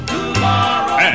Tomorrow